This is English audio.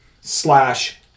slash